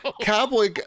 cowboy